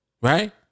right